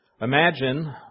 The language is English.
Imagine